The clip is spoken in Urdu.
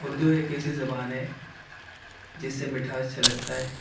اردو ایک ایسی زبان ہے جس سے مٹھاس چھلکتا ہے